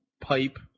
pipe